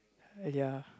ya